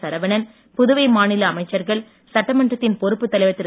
சரவணன் புதுவை மாநில அமைச்சர்கள் சட்மன்றத்தின் பொறுப்புத் தலைவர் திரு